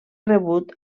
rebut